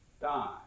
die